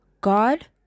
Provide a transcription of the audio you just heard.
God